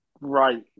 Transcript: right